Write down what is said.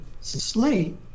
slate